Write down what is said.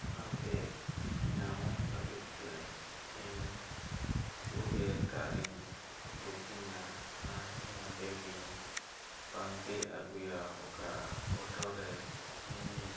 ᱟᱨ ᱚᱱᱟ ᱧᱟᱢᱚᱜ ᱞᱟᱹᱜᱤᱫᱛᱮ ᱤᱧ ᱤᱧ ᱟ ᱟᱨ ᱚᱱᱟ ᱤᱧ ᱯᱟᱱᱛᱮ ᱟᱹᱜᱩᱭᱟ ᱚᱠᱟ ᱨᱮ ᱤᱧᱤᱧ